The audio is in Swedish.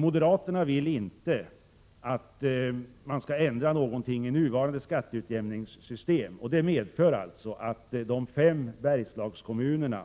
Moderaterna vill inte att man skall ändra någonting i nuvarande skatteutjämningssystem. Det medför alltså att de fem Bergslagskommunerna